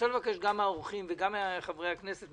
גם מהאורחים וגם מחברי הכנסת,